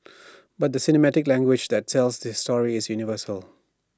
but the cinematic language that tells this story is universal